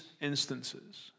instances